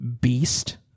Beast